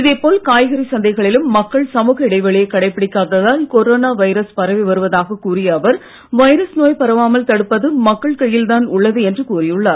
இதே போல் காய்கறி சந்தைகளிலும் மக்கள் சமூக இடைவெளியை கடைபிடிக்காததால் கொரோனா வைரஸ் பரவி வருவதாக கூறிய அவர் வைரஸ் நோய் பரவாமல் தடுப்பது மக்கள் கையில் தான் உள்ளது என்று கூறியுள்ளார்